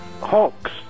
Hawks